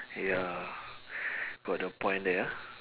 ya got a point there ah